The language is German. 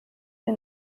wir